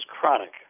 chronic